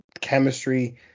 chemistry